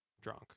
drunk